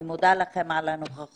אני מודה לכם על נוכחותכם.